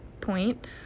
point